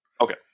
Okay